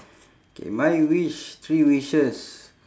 K my wish three wishes